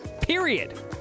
Period